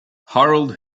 harold